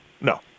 no